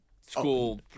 school